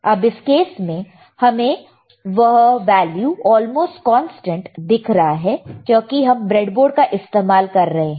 अब इस केस में हमें वह वैल्यूऑलमोस्ट कांस्टेंट दिख रहा है क्योंकि हम ब्रेडबोर्ड का इस्तेमाल कर रहे हैं